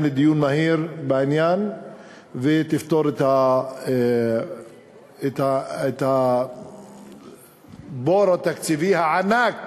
לדיון מהיר בעניין ותפתור את הבור התקציבי הענק